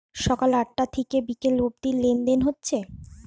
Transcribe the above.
সকাল আটটা থিকে বিকাল অব্দি লেনদেন হচ্ছে